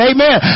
Amen